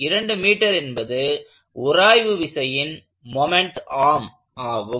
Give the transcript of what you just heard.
2m என்பது உராய்வு விசையின் மொமெண்ட் ஆர்ம் ஆகும்